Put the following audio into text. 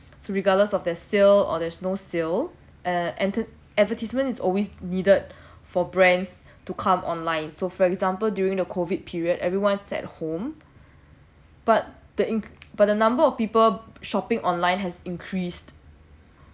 so regardless of their sale or there's no sale and enter~ advertisement is always needed for brands to come online so for example during the COVID period everyone's at home but the but the number of people shopping online has increased